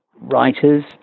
writers